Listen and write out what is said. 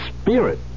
spirit